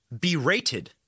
berated